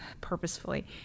purposefully